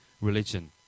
religion